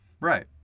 Right